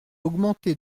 augmenté